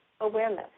Awareness